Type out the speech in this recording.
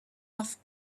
off